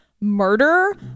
murder